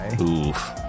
Oof